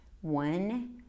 one